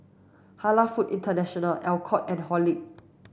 Halal Food International Alcott and Horlick